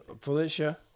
Felicia